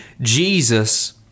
Jesus